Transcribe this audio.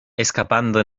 escapando